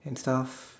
and stuff